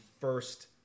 first